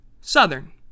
Southern